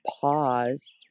pause